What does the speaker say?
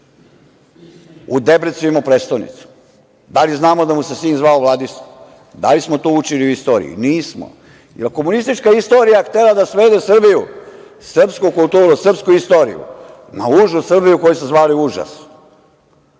u Debrecinu imao prestonicu? Da li znamo da mu se sin zvao Vladislav? Da li smo to učili u istoriji? Nismo. Komunistička istorija je htela da svede Srbiju, srpsku kulturu, srpsku istoriju na užu Srbiju koju su zvali „užas“.